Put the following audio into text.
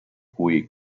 cui